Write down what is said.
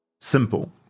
Simple